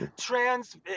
trans